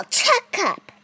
checkup